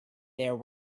there